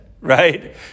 right